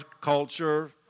culture